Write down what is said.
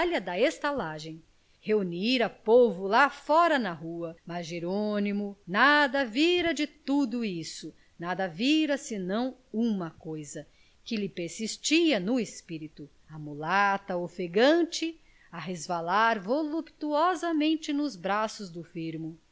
gentalha da estalagem reunira povo lá fora na rua mas jerônimo nada vira de tudo isso nada vira senão uma coisa que lhe persistia no espírito a mulata ofegante a resvalar voluptuosamente nos braços do firmo